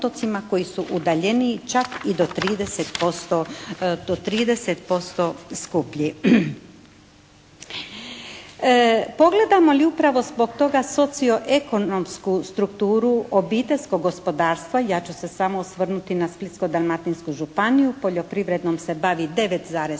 koji su udaljeniji čak i do 30% skuplji. Pogledamo li upravo zbog toga socio-ekonomsku strukturu obiteljskog gospodarstva ja ću se samo osvrnuti na Splitsko-dalmatinsku županiju. Poljoprivredom se bavi 9,5%,